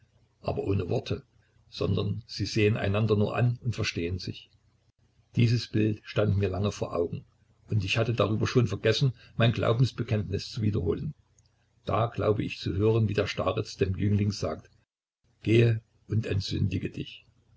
aber ohne worte sondern sie sehen einander nur an und verstehen sich dieses bild stand mir lange vor augen und ich hatte darüber schon vergessen mein glaubensbekenntnis zu wiederholen da glaube ich zu hören wie der starez dem jüngling sagt gehe und entsündige dich